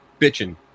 bitching